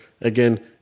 again